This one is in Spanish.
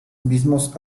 mismos